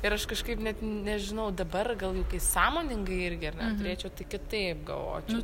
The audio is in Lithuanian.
ir aš kažkaip net nežinau dabar gal jau sąmoningai irgi turėčiau tai kitaip galvočiau